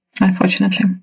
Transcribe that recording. Unfortunately